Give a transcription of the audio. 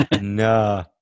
No